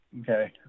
Okay